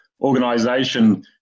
organization